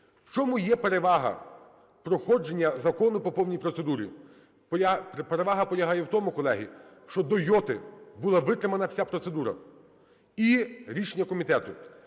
В чому є перевага проходження закону по повній процедурі? Перевага полягає в тому, колеги, що до йоти була витримана вся процедура: і рішення комітету,